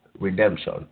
Redemption